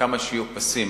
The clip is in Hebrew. וכמה שיהיו פסים